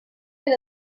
than